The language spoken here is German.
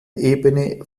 ebene